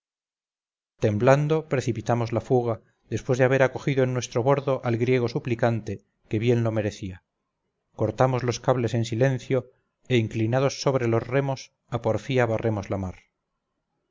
temblando precipitamos la fuga después de haber acogido en nuestro bordo al griego suplicante que bien lo merecía cortamos los cables en silencio e inclinados sobre los remos a porfía barremos la mar